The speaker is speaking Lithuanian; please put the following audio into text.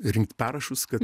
rinkt parašus kad